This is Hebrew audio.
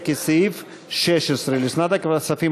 ההסתייגות